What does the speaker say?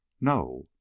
no